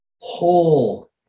whole